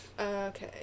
Okay